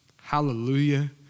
Hallelujah